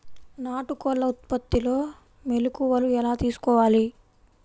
నాటుకోళ్ల ఉత్పత్తిలో మెలుకువలు ఎలా తెలుసుకోవాలి?